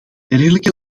dergelijke